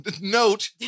Note